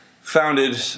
Founded